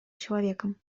человеком